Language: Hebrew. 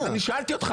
אז אני שאלתי אותך.